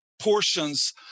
portions